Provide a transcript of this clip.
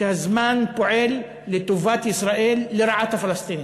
שהזמן פועל לטובת ישראל ולרעת הפלסטינים.